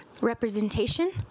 representation